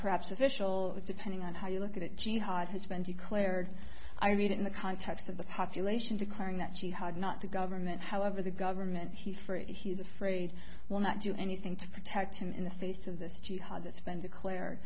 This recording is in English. perhaps official depending on how you look at it jihad has been declared i read it in the context of the population declaring that she had not the government however the government for it he's afraid will not do anything to protect him in the face of this jihad t